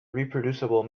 reproducible